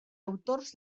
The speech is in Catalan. autors